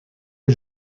que